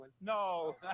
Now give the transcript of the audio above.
No